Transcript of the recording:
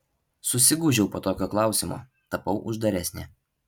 susigūžiau po tokio klausimo tapau uždaresnė